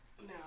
No